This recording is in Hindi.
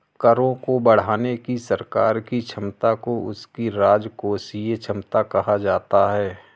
करों को बढ़ाने की सरकार की क्षमता को उसकी राजकोषीय क्षमता कहा जाता है